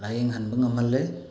ꯂꯥꯏꯌꯦꯡꯍꯟꯕ ꯉꯝꯍꯜꯂꯦ